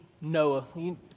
Noah